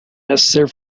necessary